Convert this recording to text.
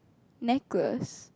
necklace